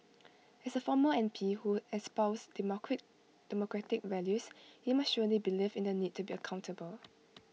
as A former M P who espoused democratic values he must surely believe in the need to be accountable